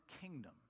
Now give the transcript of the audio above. kingdom